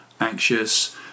anxious